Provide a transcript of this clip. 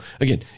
Again